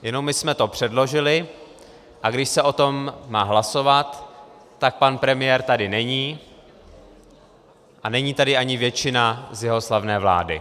Jenomže my jsme to předložili, a když se o tom má hlasovat, tak pan premiér tady není a není tady ani většina z jeho slavné vlády.